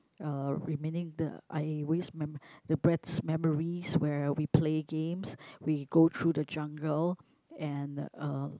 uh remaining the I always remem~ the best memories where we play games we go through the jungle and uh